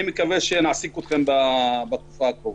אני מקווה שנעסיק אתכם בתקופה הקרובה.